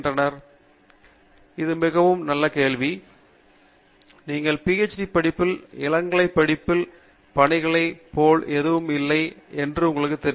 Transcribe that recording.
பேராசிரியர் கடந்த சில ஆண்டுகளாக இது மிகவும் நல்ல கேள்வி நீங்கள் PhD படிப்பதில் இளங்கலை படிப்பில் பணிகளைப் போல் எதுவும் இல்லை என்பது உங்களுக்குத் தெரியும்